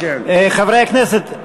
חברי הכנסת,